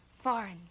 foreign